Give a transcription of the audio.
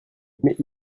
mais